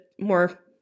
more